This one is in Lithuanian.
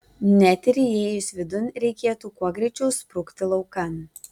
net ir įėjus vidun reikėtų kuo greičiau sprukti laukan